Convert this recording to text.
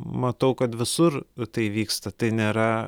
matau kad visur tai vyksta tai nėra